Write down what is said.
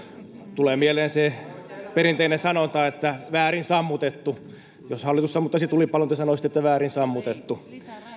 tulee mieleen se perinteinen sanonta että väärin sammutettu jos hallitus sammuttaisi tulipalon te sanoisitte että väärin sammutettu